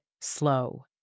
slow